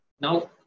Now